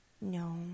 no